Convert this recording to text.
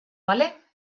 vale